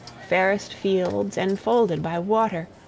fairest fields enfolded by water,